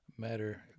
Matter